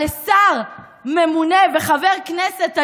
לשר ממונה וחבר כנסת היום,